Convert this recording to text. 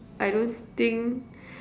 I don't think